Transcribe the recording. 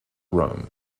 rome